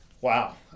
Wow